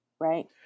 Right